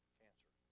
cancer